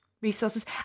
resources